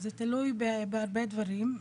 זה תלוי בהרבה דברים,